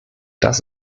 das